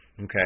okay